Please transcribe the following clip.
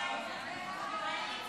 חוק שירותי הדת